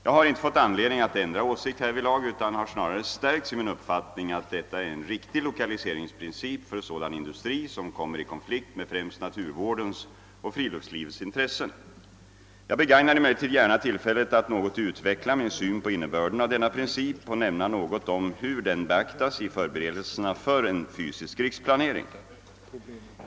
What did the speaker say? Jag har inte fått anledning att ändra åsikt härvidlag utan har snarare stärkts i min uppfattning att detta är en riktig lokaliseringsprincip för sådan industri som kommer i konflikt med främst naturvårdens och friluftslivets intressen. Jag begagnar emellertid gärna tillfället att något utveckla min syn på innebörden av denna princip och nämna något om hur den beaktas i förberedelserna för en fysisk riksplanering.